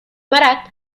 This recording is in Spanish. marat